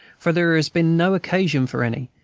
for there has been no occasion for any,